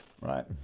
Right